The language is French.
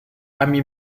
amy